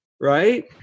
right